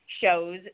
shows